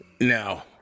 No